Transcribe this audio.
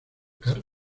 carne